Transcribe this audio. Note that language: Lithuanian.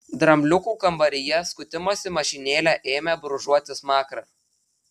drambliukų kambaryje skutimosi mašinėle ėmė brūžuoti smakrą